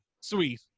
Sweet